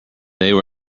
they